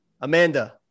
Amanda